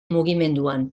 mugimenduan